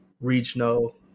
regional